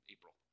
April